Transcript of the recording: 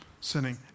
sinning